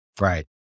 Right